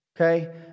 okay